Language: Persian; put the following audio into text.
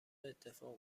اتفاق